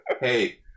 Hey